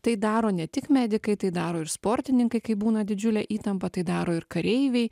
tai daro ne tik medikai tai daro ir sportininkai kai būna didžiulė įtampa tai daro ir kareiviai